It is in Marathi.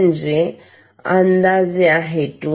01MHz 1